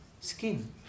skin